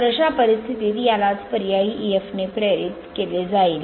तर अशा परिस्थितीत यालाच पर्यायी emf ने प्रेरित केले जाईल